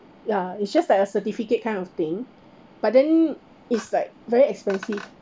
ya it's just like a certificate kind of thing but then it's like very expensive